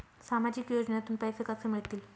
सामाजिक योजनेतून पैसे कसे मिळतील?